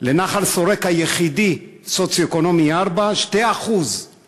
לנחל-שורק, היחידי בדירוג סוציו-אקונומי 4, 2%;